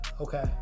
Okay